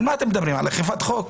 על מה אתם מדברים, על אכיפת חוק?